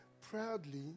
proudly